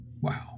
Wow